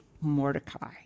Mordecai